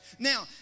Now